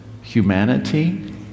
humanity